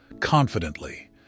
confidently